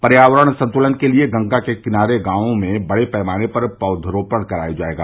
पर्यावरण संतुलन के लिए गंगा के किनारे गांवों में बड़े पैमाने पर पौधारोपण कराया जायेगा